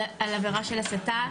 על עבירה של הסתה?